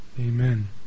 Amen